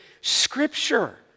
Scripture